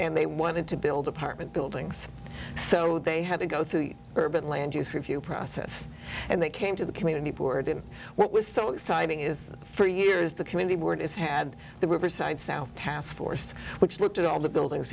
and they wanted to build apartment buildings so they had to go through the urban land use review process and they came to the community board and what was so exciting is for years the community board is had the riverside south task force which looked at all the buildings